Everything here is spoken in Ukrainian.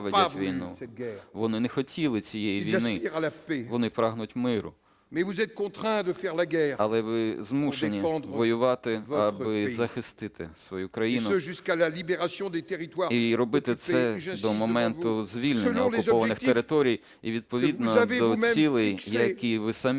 вони не хотіли цієї війни, вони прагнуть миру. Але ви змушені воювати, аби захистити свою країну, і робити це до моменту звільнення окупованих територій, і відповідно до цілей, які ви самі